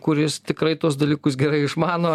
kuris tikrai tuos dalykus gerai išmano